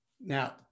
Now